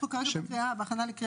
אנחנו כרגע בהכנה לקריאה הראשונה.